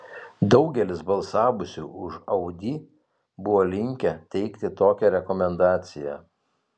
daugelis balsavusių už audi buvo linkę teikti tokią rekomendaciją